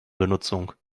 benutzung